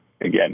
again